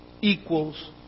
equals